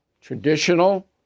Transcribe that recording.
traditional